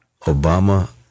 Obama